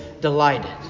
delighted